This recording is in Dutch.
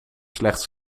slechts